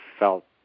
felt